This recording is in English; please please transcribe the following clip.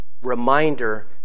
reminder